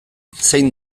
zein